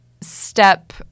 step